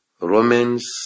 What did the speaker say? Romans